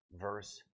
verse